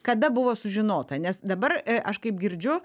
kada buvo sužinota nes dabar aš kaip girdžiu